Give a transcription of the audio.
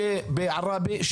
שבעראבה,